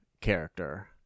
character